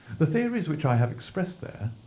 the theories which i have expressed there,